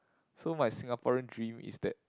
so my Singaporean dream is that